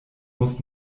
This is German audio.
muss